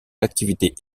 l’activité